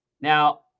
Now